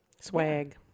swag